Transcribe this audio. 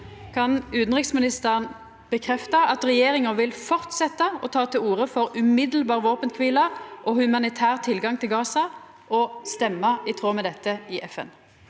Kan utanriksministeren bekrefta at regjeringa vil fortsetja å ta til orde for umiddelbar våpenkvile og humanitær tilgang til Gaza, og stemma i tråd med dette i FN?